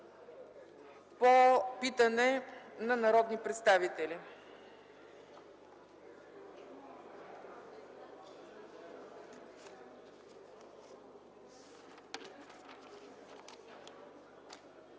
е питане от народния представител